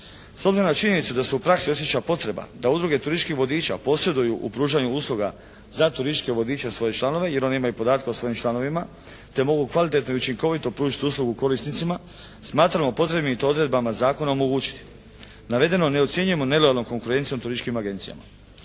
S obzirom na činjenicu da se u praksi osjeća potreba da udruge turističkih vodiča posjeduju u pružanju usluga za turističke vodiče svoje članove jer oni imaju podatke o svojim članovima te mogu kvalitetno i učinkovito pružiti uslugu korisnicima, smatramo potrebnim i to odredbama zakona omogućiti. Navedeno ne ocjenjujemo nelojalnom konkurencijom turističkim agencijama.